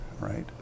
right